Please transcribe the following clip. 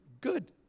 Good